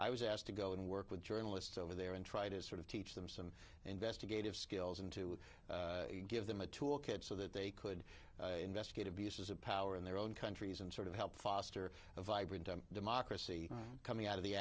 i was asked to go and work with journalists over there and try to sort of teach them some investigative skills and to give them a tool kit so that they could investigate abuses of power in their own countries and sort of help foster a vibrant democracy coming out of the